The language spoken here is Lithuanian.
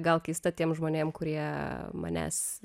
gal keista tiem žmonėm kurie manęs